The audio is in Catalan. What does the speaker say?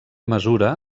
mesura